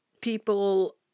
people